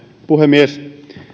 puhemies